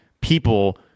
people